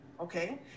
Okay